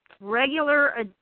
Regular